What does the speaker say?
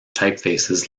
typefaces